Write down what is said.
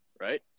right